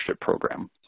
program